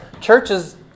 churches